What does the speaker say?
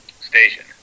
station